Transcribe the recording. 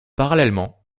parallèlement